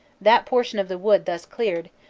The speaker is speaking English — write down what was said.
that por tion of the wood thus cleared,